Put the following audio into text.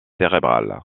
cérébrale